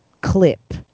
clip